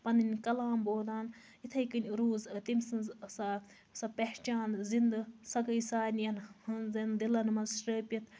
پَنٕنۍ کَلام بولان یِتھٕے کَنۍ روز تٔمۍ سٕنز سۄ اکھ سۄ پہچان زِندٕ سۄ گے سارنِین ہنز دِلن منٛز شرپِتھ